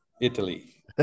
Italy